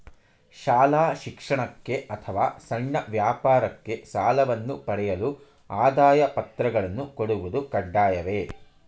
ಶಾಲಾ ಶಿಕ್ಷಣಕ್ಕೆ ಅಥವಾ ಸಣ್ಣ ವ್ಯಾಪಾರಕ್ಕೆ ಸಾಲವನ್ನು ಪಡೆಯಲು ಆದಾಯ ಪತ್ರಗಳನ್ನು ಕೊಡುವುದು ಕಡ್ಡಾಯವೇ?